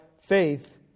faith